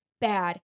bad